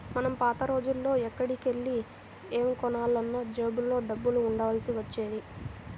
మనం పాత రోజుల్లో ఎక్కడికెళ్ళి ఏమి కొనాలన్నా జేబులో డబ్బులు ఉండాల్సి వచ్చేది